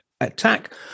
attack